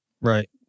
Right